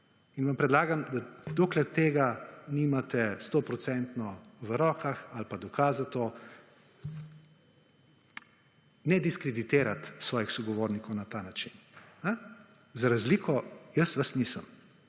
In vam predlagam, da dokler tega nimate stoprocentno v rokah ali pa dokaz za to, ne diskreditirati svojih sogovornikov na ta način. Jaz vas nisem.